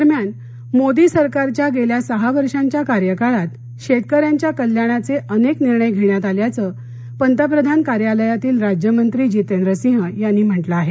दरम्यान मोदी सरकारच्या गेल्या सहा वर्षांच्या कार्यकाळात शेतकऱ्यांच्या कल्याणाचे अनेक निर्णय घेण्यात आल्याचं पंतप्रधान कार्यालयातील राज्यमंत्री जितेंद्र सिंग यांनी म्हंटल आहे